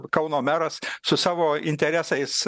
kauno meras su savo interesais